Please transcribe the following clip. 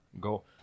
Go